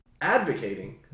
advocating